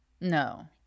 No